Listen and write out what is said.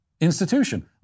institution